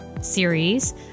series